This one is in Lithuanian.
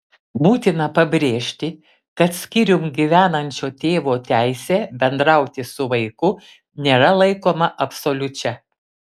būtina pabrėžti kad skyrium gyvenančio tėvo teisė bendrauti su vaiku nėra laikoma absoliučia